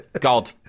God